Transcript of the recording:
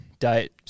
Diet